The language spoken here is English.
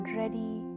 ready